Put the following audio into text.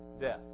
Death